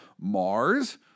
Mars